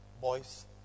boys